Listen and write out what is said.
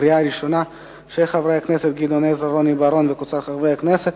של חברי הכנסת גדעון עזרא ורוני בר-און וקבוצת חברי הכנסת,